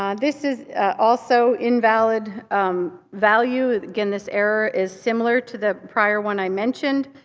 um this is also invalid um value. again this error is similar to the prior one i mentioned.